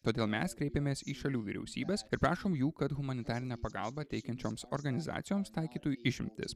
todėl mes kreipiamės į šalių vyriausybes ir prašom jų kad humanitarinę pagalbą teikiančioms organizacijoms taikytų išimtis